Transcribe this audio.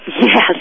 yes